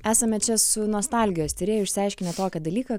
esame čia su nostalgijos tyrėju išsiaiškinę tokį dalyką